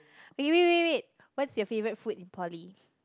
okay wait wait wait what's your favorite food in poly